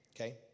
okay